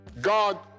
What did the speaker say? God